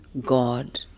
God